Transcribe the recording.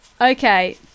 okay